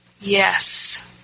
Yes